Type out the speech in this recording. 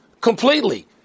completely